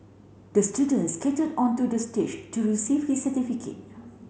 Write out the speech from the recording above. the student skated onto the stage to receive his certificate